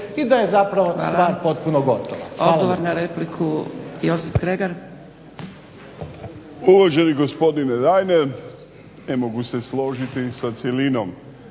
i da je zapravo stvar potpuno gotova.